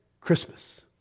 Christmas